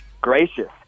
gracious